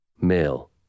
male